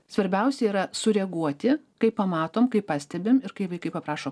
svarbiausia yra sureaguoti kai pamatom kaip pastebim ir kai vaikai paprašo